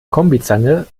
kombizange